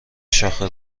شاخه